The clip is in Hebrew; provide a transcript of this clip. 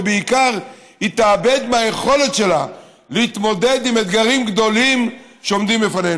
ובעיקר היא תאבד מהיכולת שלה להתמודד עם אתגרים גדולים שעומדים לפנינו.